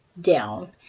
down